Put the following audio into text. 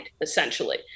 essentially